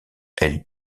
elle